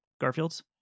Garfield's